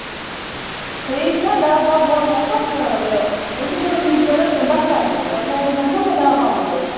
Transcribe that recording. تُہی چھَوا دَہ باہ بوٹ آس نا یہِ مےٚ چھُ ضروٗر ضروٗرت بَٹہٕ وارِ دۄہ بَٹہٕ وارِ دۄہ بَںہٕ نا مےٚ دَہ باہ بوٹ